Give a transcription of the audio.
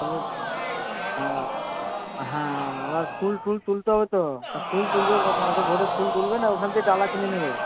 তাহলে হ্যাঁ হ্যাঁ আবার ফুল টুল তুলতে হবে তো তা ফুল তুলবে কখন অত ভোরে ফুল তুলবে না ওখান থেকে ডালা কিনে নেবে